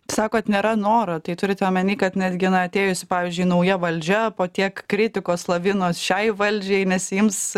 sakot nėra noro tai turite omeny kad netgi na atėjusi pavyzdžiui nauja valdžia po tiek kritikos lavinos šiai valdžiai nesiims